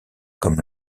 comme